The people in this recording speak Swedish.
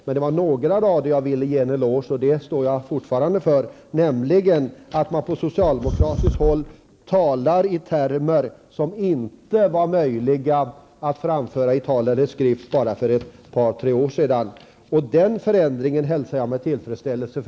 Men det fanns några rader som jag ville ge en eloge för, och det står jag fortfarande fast vid, nämligen att socialdemokraterna nu talar i termer som inte var möjliga för dem att framföra i tal eller skrift för några år sedan. Den förändringen hälsar jag med tillfredsställelse.